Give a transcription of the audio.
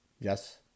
Yes